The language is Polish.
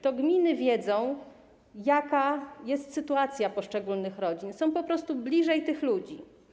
To gminy wiedzą, jaka jest sytuacja poszczególnych rodzin, są po prostu bliżej tych ludzi.